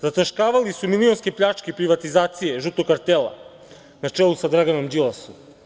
Zataškavali su milionske pljačke, privatizacije žutog kartela na čelu sa Draganom Đilasom.